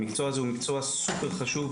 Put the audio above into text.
המקצוע הוא סופר חשוב,